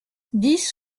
dix